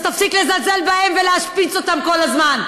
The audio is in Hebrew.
אז תפסיק לזלזל בהם ולהשמיץ אותם כל הזמן.